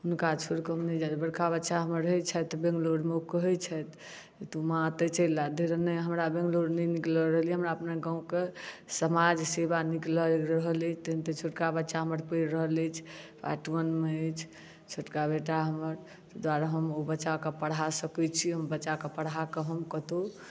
हुनका छोड़ि कऽ हम नहि जाइ बड़का बच्चा हमर रहै छथि बैंगलोर मे ओ कहै छथि तु माँ अतय चलि आ धैर नहि हमरा बैंगलोर नहि नीक लागि रहल अछि हमरा अपना गाँवके समाज सेवा नीक लागि रहल अछि तैं तऽ छोटका बच्चा हमर पढ़ि रहल अछि पार्ट वन मे अछि छोटका बेटा हमर ताहि दुआरे हम ओ बच्चा के पढ़ाए सकै छी हम बच्चा के पढ़ाए कऽ हम कतौ